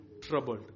troubled